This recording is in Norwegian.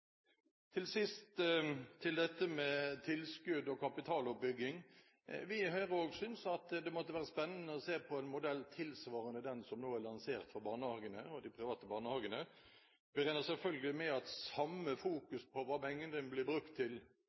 Til sist til dette med tilskudd og kapitaloppbygging: Vi i Høyre synes også at det måtte være spennende å se på en modell tilsvarende den som nå er lansert for barnehagene, og de private barnehagene. Vi regner selvfølgelig med at samme fokus på hva pengene blir brukt til,